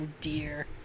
dear